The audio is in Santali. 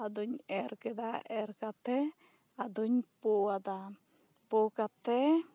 ᱟᱫᱚᱧ ᱮᱨ ᱠᱮᱫᱟ ᱮᱨ ᱠᱟᱛᱮᱜ ᱟᱹᱫᱚᱧ ᱯᱳ ᱣᱟᱫᱟ ᱟᱫᱚ ᱯᱳ ᱠᱟᱛᱮᱜ